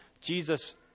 Jesus